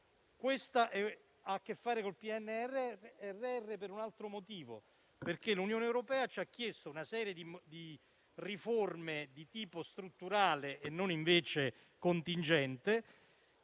norma ha a che fare con il PNRR per un altro motivo, ossia perché l'Unione europea ci ha chiesto una serie di riforme di tipo strutturale e non contingente,